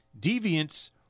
Deviants